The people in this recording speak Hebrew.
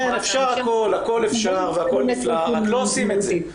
הכול אפשר והכול נפלא רק לא עושים את זה.